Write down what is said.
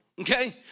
Okay